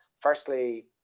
firstly